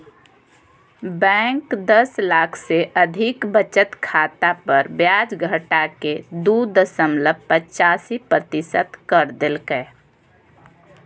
bank दस लाख से अधिक बचत खाता पर ब्याज घटाके दू दशमलब पचासी प्रतिशत कर देल कय